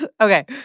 Okay